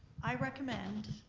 i recommend,